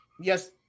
Yes